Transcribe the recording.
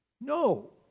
No